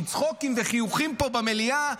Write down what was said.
עם צחוקים וחיוכים פה במליאה,